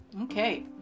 okay